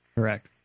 Correct